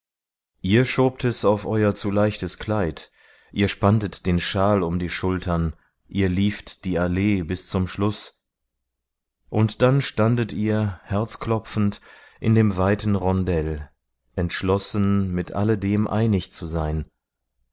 ihr schobt es auf euer zu leichtes kleid ihr spanntet den schal um die schultern ihr lieft die allee bis zum schluß und dann standet ihr herzklopfend in dem weiten rondell entschlossen mit alledem einig zu sein